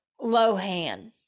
Lohan